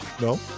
No